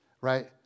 right